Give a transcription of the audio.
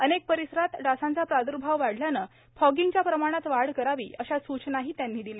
अनेक परिसरात डासांचा प्रादुर्भाव वाढल्याने फॉगिंगच्या प्रमाणात वाढ करावी अश्या सूचनाही त्यांनी दिल्या